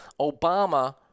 Obama